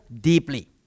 deeply